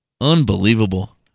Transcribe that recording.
Unbelievable